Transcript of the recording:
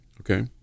Okay